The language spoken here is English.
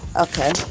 okay